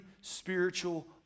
spiritual